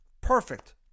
Perfect